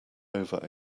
over